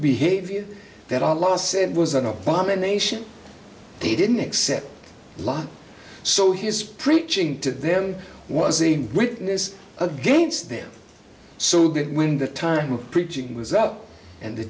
behavior that our law said was an abomination he didn't except law so his preaching to them was a witness against them so that when the time of preaching was out and the